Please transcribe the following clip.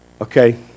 Okay